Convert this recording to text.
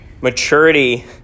Maturity